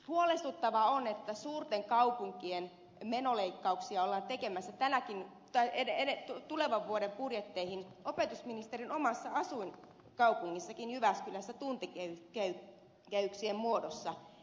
huolestuttavaa on että suurten kaupunkien menoleikkauksia ollaan tekemässä tulevan vuoden budjetteihin opetusministerin omassa asuinkaupungissakin jyväskylässä tuntikehyksien muodossa